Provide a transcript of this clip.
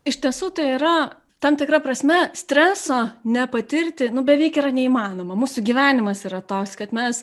iš tiesų tai yra tam tikra prasme streso nepatirti beveik yra neįmanoma mūsų gyvenimas yra toks kad mes